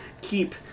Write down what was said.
keep